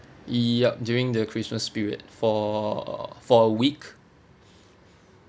yup during the christmas period for uh for a week